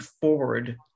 forward